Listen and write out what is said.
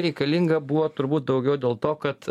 reikalinga buvo turbūt daugiau dėl to kad